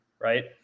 Right